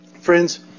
Friends